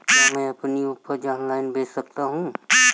क्या मैं अपनी उपज ऑनलाइन बेच सकता हूँ?